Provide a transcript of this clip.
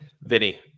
Vinny